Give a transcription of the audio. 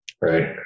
Right